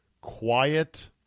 quiet